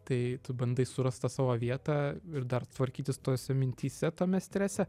tai tu bandai surast tą savo vietą ir dar tvarkytis tose mintyse tame strese